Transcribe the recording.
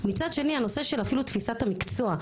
מצד שני הנושא של אפילו תפיסת המקצוע,